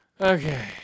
Okay